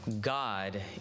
God